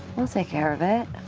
we'll take care of it.